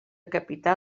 capità